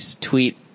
tweet